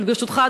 ברשותך,